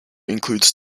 includes